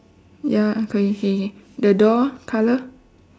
ya K K K the door colour